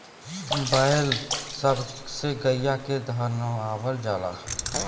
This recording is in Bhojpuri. बैल सब से गईया के धनवावल जाला